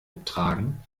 tragen